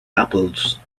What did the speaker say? apples